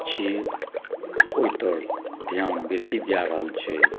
छी ओहितरफ ध्यान बेसी जा रहल छै